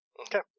Okay